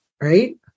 right